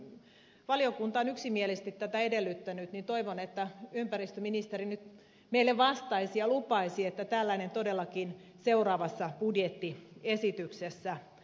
ja nyt kun valiokunta on yksimielisesti tätä edellyttänyt niin toivon että ympäristöministeri meille vastaisi ja lupaisi että tällainen todellakin seuraavassa budjettiesityksessä on